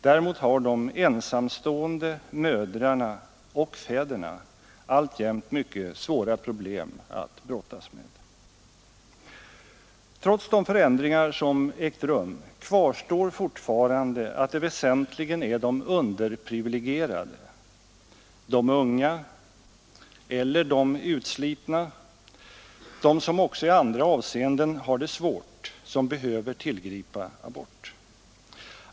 Däremot har de ensamstående mödrarna och fäderna alltjämt mycket svåra problem att brottas med. Trots de förändringar som ägt rum kvarstår fortfarande att det väsentligen är de underprivilegierade, de unga eller de utslitna, de som också i andra avseenden har det svårt som behöver tillgripa abort.